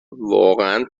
واقعا